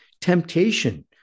Temptation